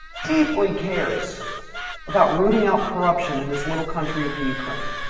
deeply cares about rooting out corruption in this little country of the ukraine.